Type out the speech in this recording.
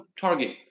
target